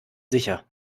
sicher